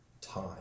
time